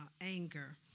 anger